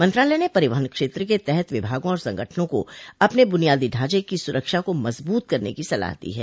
मंत्रालय ने परिवहन क्षेत्र के तहत विभागों और संगठनों को अपने बुनियादी ढांचे की सुरक्षा को मजबूत करने की सलाह दो है